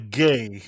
gay